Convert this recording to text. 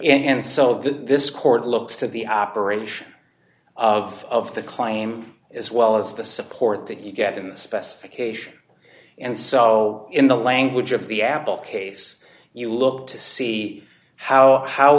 e and so this court looks to the operation of the claim as well as the support that you get in the specification and so in the language of the apple case you look to see how how